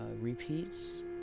Repeats